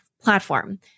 platform